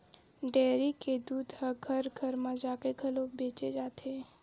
dairy के दूद ह घर घर म जाके घलो बेचे जाथे